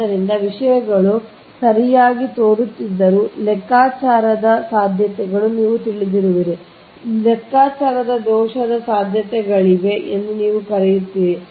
ಆದ್ದರಿಂದ ವಿಷಯಗಳು ಸರಳವಾಗಿ ತೋರುತ್ತಿದ್ದರೂ ಲೆಕ್ಕಾಚಾರದ ಸಾಧ್ಯತೆಗಳನ್ನು ನೀವು ತಿಳಿದಿರುವಿರಿ ಲೆಕ್ಕಾಚಾರದ ದೋಷದ ಸಾಧ್ಯತೆಗಳಿವೆ ಎಂದು ನೀವು ಕರೆಯುತ್ತೀರಿ